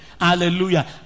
Hallelujah